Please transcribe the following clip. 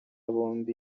bombi